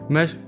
Mas